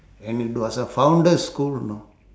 and it was a founder school know